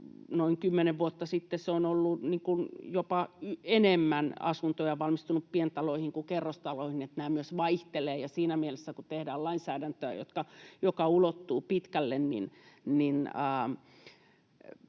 kymmenen vuotta sitten, on jopa enemmän asuntoja valmistunut pientaloihin kuin kerrostaloihin, eli nämä myös vaihtelevat. Siinä mielessä, kun tehdään lainsäädäntöä, joka ulottuu pitkälle, en